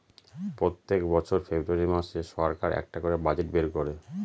প্রত্যেক বছর ফেব্রুয়ারী মাসে সরকার একটা করে বাজেট বের করে